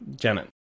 Janet